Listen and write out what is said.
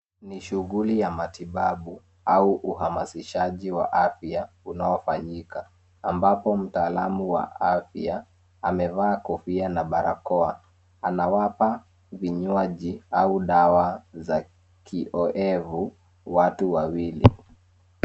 Ni shughuli ya matibabu au uamazishaji wa afya unaofanyika ambapo mtaalamu wa afya amevaa kofia na barakoa. Anawapa vinywaji au dawa za kiohevu watu wawili.